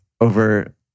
over